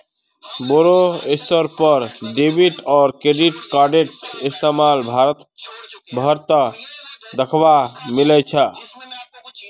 बोरो स्तरेर पर डेबिट आर क्रेडिट कार्डेर इस्तमाल भारत भर त दखवा मिल छेक